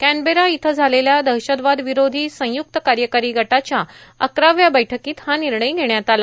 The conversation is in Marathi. कॅनबेरा इथं झालेल्या दहशतवादविरोधी संयुक्त कार्यकारी गटाच्या अकराव्या बैठकीत हा निर्णय घेण्यात आला